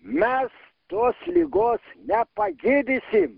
mes tos ligos nepagydysim